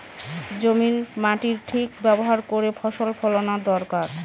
জমির মাটির ঠিক ব্যবহার করে ফসল ফলানো দরকার